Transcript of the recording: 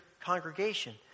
congregation